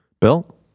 Bill